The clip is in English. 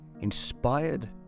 inspired